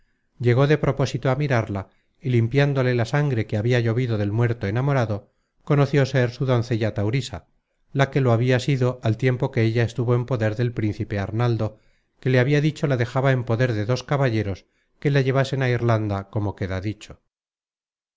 llegó de propósito á mirarla y limpiándole la sangre que habia llovido del muerto enamorado conoció ser su doncella taurisa la que lo habia sido al tiempo que ella estuvo en poder del príncipe arnaldo que le habia dicho la dejaba en poder de dos caballeros que la llevasen á irlanda como queda dicho